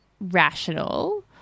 rational